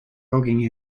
logging